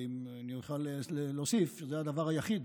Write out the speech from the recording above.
אם אני אוכל להוסיף, זה הדבר היחיד